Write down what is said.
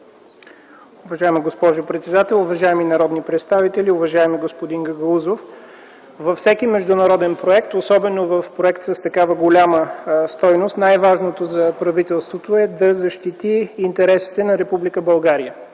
Уважаема госпожо председател, уважаеми народни представители! Уважаеми господин Гагаузов, във всеки международен проект, особено в проект с такава голяма стойност, най-важното за правителството е да защити интересите на Република България.